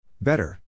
Better